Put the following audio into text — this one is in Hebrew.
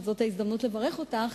וזאת ההזדמנות לברך אותך,